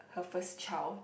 her first child